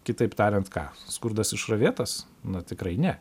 kitaip tariant ką skurdas išravėtas na tikrai ne